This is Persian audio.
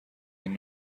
این